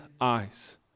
eyes